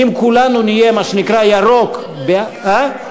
אם כולנו נהיה, מה שנקרא "ירוק" תשאל אם